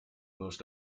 most